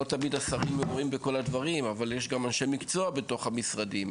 לא תמיד השרים מעורים בכל הדברים אבל יש גם אנשי מקצוע בתוך המשרדים,